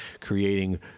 creating